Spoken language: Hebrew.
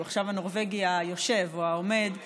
הוא עכשיו הנורבגי היושב או העומד -- גולש.